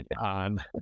on